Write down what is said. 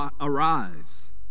Arise